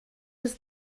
was